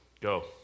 Go